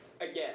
Again